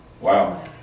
Wow